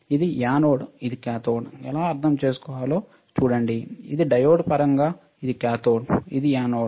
ఇది యానోడ్ ఇది కాథోడ్ ఎలా అర్థం చేసుకోవాలో చూడండి ఇది డయోడ్ పరంగా ఇది కాథోడ్ ఇది యానోడ్